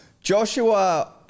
Joshua